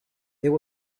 there